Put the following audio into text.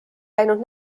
läinud